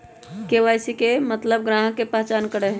KYC के मतलब ग्राहक का पहचान करहई?